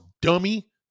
dummy